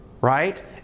Right